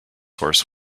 horse